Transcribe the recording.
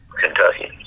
Kentucky